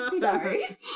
Sorry